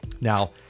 Now